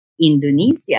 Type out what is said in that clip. Indonesia